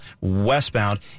westbound